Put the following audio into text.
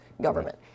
government